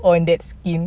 on that skin